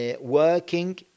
working